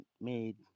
made